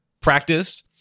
Practice